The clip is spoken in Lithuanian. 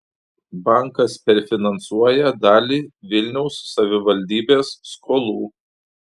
bankas perfinansuoja dalį vilniaus savivaldybės skolų